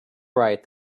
right